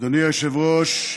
אדוני היושב-ראש,